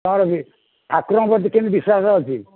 ହଁ ଠାକୁରଙ୍କ ପ୍ରତି କେମିତି ବିଶ୍ୱାସ ଅଛି